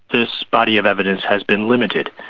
this body of evidence has been limited.